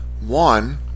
One